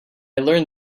learned